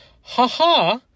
ha-ha